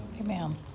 Amen